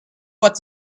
what